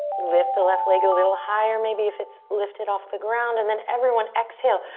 lift the left leg a little higher maybe if it's lifted off the ground and then everyone exhale,